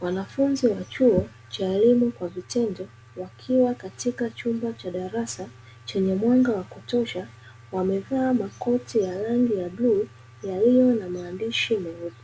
Wanafunzi wa chuo cha elimu kwa vitendo wakiwa katika chumba cha darasa chenye mwanga wa kutosha, wamevaa makoti ya rangi ya bluu yaliyo na maandishi meupe.